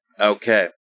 Okay